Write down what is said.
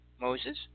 Moses